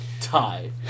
tie